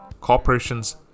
corporations